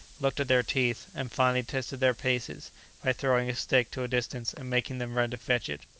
looked at their teeth, and finally tested their paces by throwing a stick to a distance and making them run to fetch it.